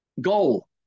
goal